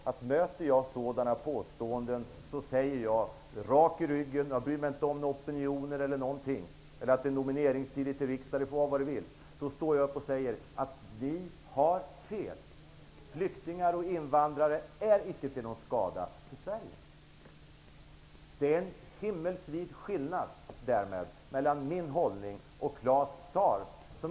Då sade jag att om jag möter sådana påståenden, säger jag, rak i ryggen: Ni har fel. Flyktingar och invandrare är icke till någon skada för Sverige. Jag bryr mig inte om opinioner eller att det är nomineringstid för riksdagsval, det får vara vad det vill. Det är en himmelsvid skillnad mellan min hållning och Claus Zaars.